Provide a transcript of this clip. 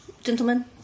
gentlemen